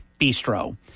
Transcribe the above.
bistro